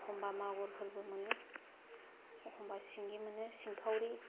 एखनबा मागुरफोरबो मोनो एखनबा सिंगि मोनो सिंखाउरि